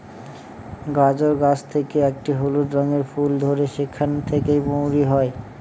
গাজর গাছ থেকে একটি হলুদ রঙের ফুল ধরে সেখান থেকে মৌরি হয়